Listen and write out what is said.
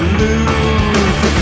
lose